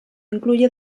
incluye